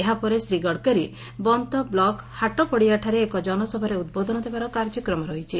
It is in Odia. ଏହାପରେ ଶ୍ରୀଗଡ଼କରୀ ବନ୍ତ ବଲକ ହାଟପଡ଼ିଆରେ ଏକ ଜନସଭାରେ ଉଦ୍ବୋଧନ ଦେବାର କାର୍ଯ୍ୟକ୍ରମ ରହିଛି